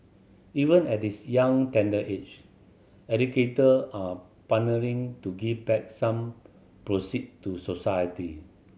even at this young tender age educator are partnering to give back some proceed to society